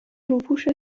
روپوش